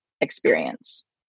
experience